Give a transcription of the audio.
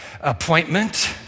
appointment